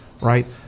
Right